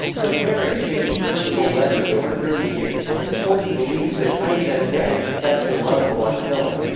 the pair exchanged personal letters over thirty years, and stourton believes that tymieniecka had confessed her love for wojtyla.